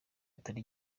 atari